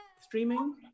streaming